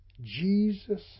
Jesus